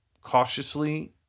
cautiously